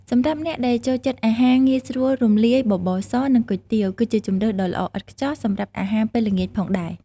សម្រាប់អ្នកដែលចូលចិត្តអាហារងាយស្រួលរំលាយ បបរស និង គុយទាវ គឺជាជម្រើសដ៏ល្អឥតខ្ចោះសម្រាប់អាហារពេលល្ងាចផងដែរ ។